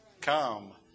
Come